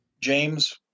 James